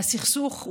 והסכסוך,